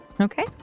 Okay